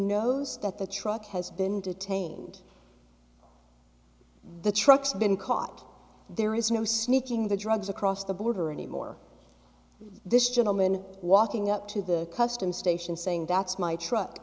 knows that the truck has been detained the truck's been caught there is no sneaking the drugs across the border any more this gentleman walking up to the customs station saying that's my truck